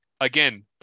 Again